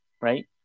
right